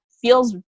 feels